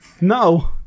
No